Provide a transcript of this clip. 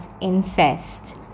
incest